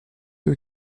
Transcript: eux